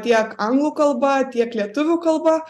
tiek anglų kalba tiek lietuvių kalba